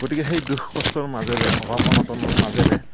গতিকে সেই দুখ কষ্টৰ মাজেৰে অভাৱ অনাটনত মাজেৰে